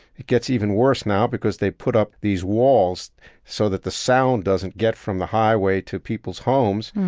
it gets even worse now because they put up these walls so that the sound doesn't get from the highway to people's homes.